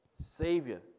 Savior